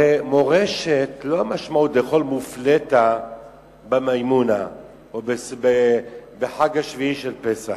הרי מורשת אין משמעותה לאכול מופלטה במימונה או בחג שביעי של פסח.